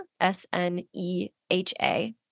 S-N-E-H-A